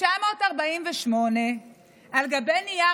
"ממונה על ביצוע